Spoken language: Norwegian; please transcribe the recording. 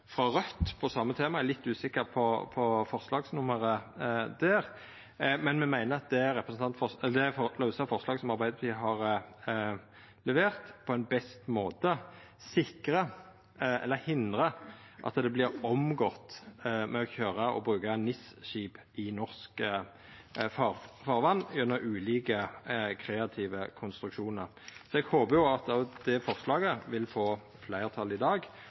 frå Raudt om det same temaet – eg er litt usikker på forslagsnummeret der – men me meiner at det lause forslaget som Arbeidarpartiet har levert, på best måte hindrar at det vert omgått med å køyra og bruka NIS-skip i norsk farvatn gjennom ulike kreative konstruksjonar. Så eg håpar at òg det forslaget vil få fleirtal i dag,